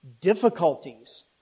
difficulties